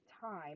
time